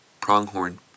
pronghorn